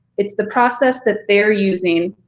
it's the process that they're using